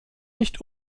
nicht